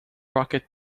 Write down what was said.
rocket